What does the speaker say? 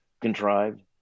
contrived